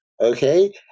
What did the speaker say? okay